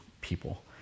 people